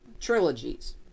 Trilogies